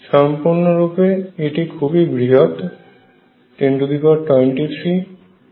সম্পূর্ণরূপে এটি খুবই বৃহৎ 1023 হয়